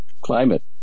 climate